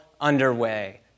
underway